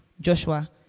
Joshua